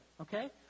okay